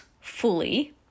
fully